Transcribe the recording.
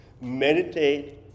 Meditate